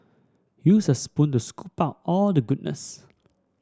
use a spoon to scoop out all the goodness